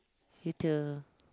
you too